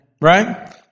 Right